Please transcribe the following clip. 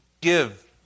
give